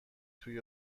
توی